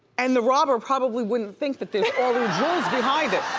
and the robber probably wouldn't think that there's all your jewels behind it.